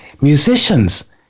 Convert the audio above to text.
musicians